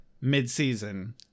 mid-season